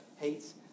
hates